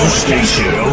station